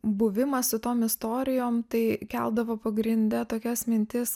buvimas su tom istorijom tai keldavo pagrinde tokias mintis